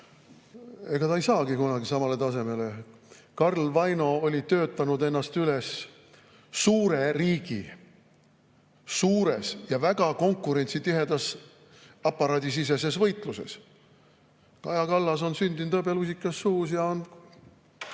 Ega ta ei saagi kunagi samale tasemele. Karl Vaino oli töötanud ennast üles suure riigi suures ja väga konkurentsitihedas aparaadisiseses võitluses. Kaja Kallas on sündinud hõbelusikas suus ja on,